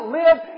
live